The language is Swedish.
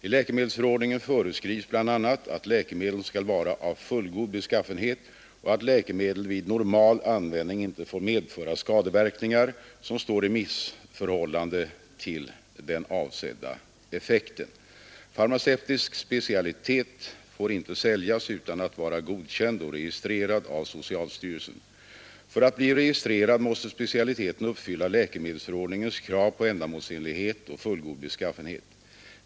I läkemedelsförordningen föreskrivs bl.a. att läkemedel skall vara av fullgod beskaffenhet och att läkemedel vid normal användning inte får medföra skadeverkningar, som står i missförhållande till den avsedda effekten. Farmaceutisk specialitet får inte säljas utan att vara godkänd och registrerad av socialstyrelsen. För att bli registrerad måste specialiteten uppfylla läkemedelsförordningens krav på ändamålsenlighet och fullgod beskaffenhet.